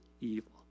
evil